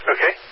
Okay